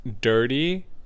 dirty